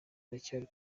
aracyari